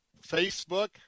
Facebook